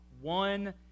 one